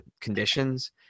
conditions